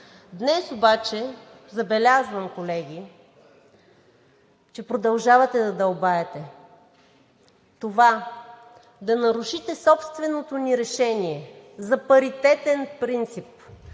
Днес обаче забелязвам, колеги, че продължавате да дълбаете. Това да нарушите собственото ни решение за паритетен принцип